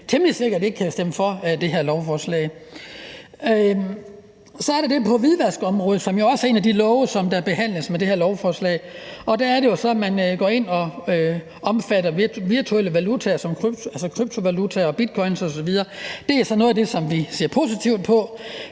temmelig sikkert ikke kan stemme for det her lovforslag. Så er der jo det på hvidvaskområdet, som også er en af de love, der behandles med det her lovforslag, og der er det jo så, at man går ind og omfatter virtuelle valutaer, altså kryptovalutaer og bitcoins osv., og det er så noget af det, som vi ser positivt på.